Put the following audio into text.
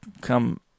come